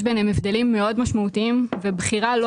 יש ביניהם הבדלים מאוד משמעותיים ובחירה לא